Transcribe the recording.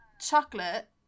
chocolate